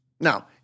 Now